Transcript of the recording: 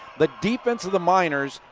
the defense of the miners,